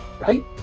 right